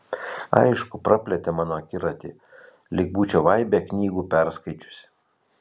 aišku praplėtė mano akiratį lyg būčiau aibę knygų perskaičiusi